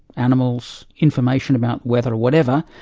animals, information about weather or whatever,